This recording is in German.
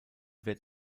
wert